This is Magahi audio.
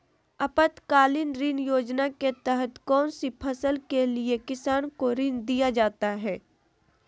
आपातकालीन ऋण योजना के तहत कौन सी फसल के लिए किसान को ऋण दीया जाता है?